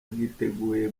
bwiteguye